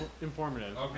informative